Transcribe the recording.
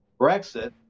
Brexit